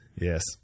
yes